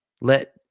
let